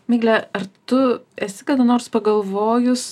migle ar tu esi kada nors pagalvojus